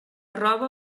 roba